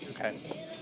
Okay